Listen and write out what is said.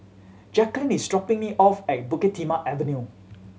Jacquline is dropping me off at Bukit Timah Avenue